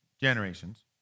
generations